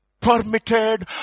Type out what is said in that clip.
permitted